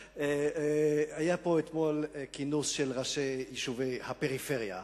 היה פה אתמול כינוס של ראשי יישובי הפריפריה,